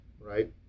right